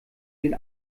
den